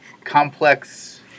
complex